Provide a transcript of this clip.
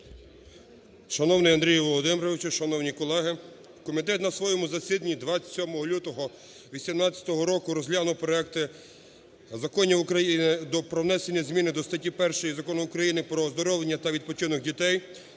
Шановний Андрій Володимирович! Шановні колеги! Комітет на своєму засіданні 27 лютого 2018 року розглянув проекти законів України про внесення зміни до статті 1 Закону України "Про оздоровлення та відпочинок дітей"